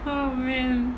oh man